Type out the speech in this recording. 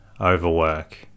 Overwork